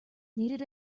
needed